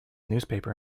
newspaper